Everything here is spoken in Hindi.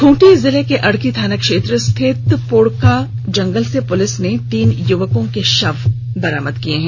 खूंटी जिले के अड़की थाना क्षेत्र स्थित पोड़का जंगल से पुलिस ने तीन युवकों का शव बरामद किया है